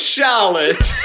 Charlotte